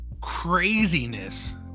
craziness